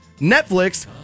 Netflix